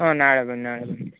ಹ್ಞೂ ನಾಳೆ ಬನ್ನಿ ನಾಳೆ ಬನ್ನಿ